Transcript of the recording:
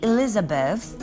Elizabeth